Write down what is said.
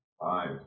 Five